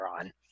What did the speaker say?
on